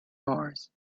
mars